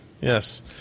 Yes